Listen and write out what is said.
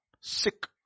sick